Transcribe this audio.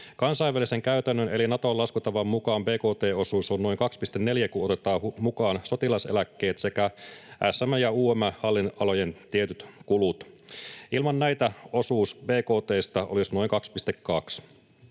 Kansainvälisen käytännön eli Naton laskutavan mukaan bkt:n osuus on noin 2,4, kun otetaan mukaan sotilaseläkkeet sekä SM:n ja UM:n hallinnonalojen tietyt kulut. Ilman näitä osuus bkt:stä olisi noin 2,2.